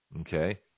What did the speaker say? Okay